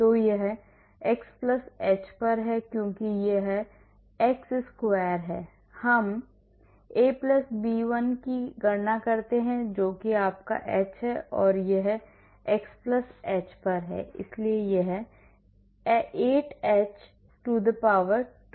तो यह x h पर है क्योंकि यह x square है हम A B1 की गणना करते हैं जो कि आपका h है और यह xh पर है इसलिए यह 8 h to the power 2 है